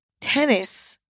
Tennis